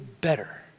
better